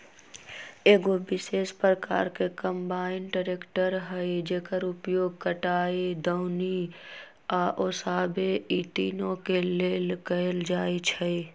एगो विशेष प्रकार के कंबाइन ट्रेकटर हइ जेकर उपयोग कटाई, दौनी आ ओसाबे इ तिनों के लेल कएल जाइ छइ